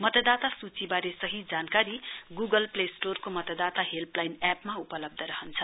मतदाता सूचीबारे सही जानकारी गूगल प्लेस्टोरको मतदाता हेल्पलाइन एप मा उपलब्ध रहन्छ